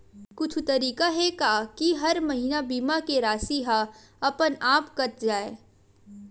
कुछु तरीका हे का कि हर महीना बीमा के राशि हा अपन आप कत जाय?